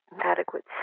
adequate